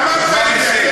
אמרת את זה.